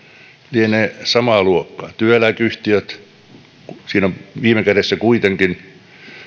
lienee samaa luokkaa työeläkeyhtiöt siinä on viime kädessä kuitenkin